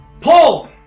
pull